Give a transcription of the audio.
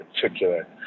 particular